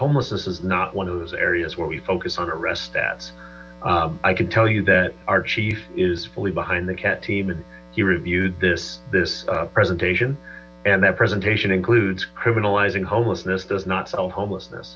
homelessness is not one of those areas where we focus on arrest stats i can tell you that our chief is fully behind the cat team and he reviewed this this presentation and that presentation includes criminalizing homelessness does not solve homelessness